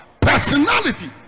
Personality